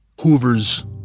Hoover's